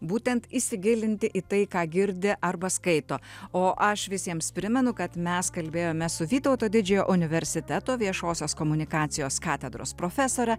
būtent įsigilinti į tai ką girdi arba skaito o aš visiems primenu kad mes kalbėjome su vytauto didžiojo universiteto viešosios komunikacijos katedros profesorė